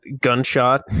gunshot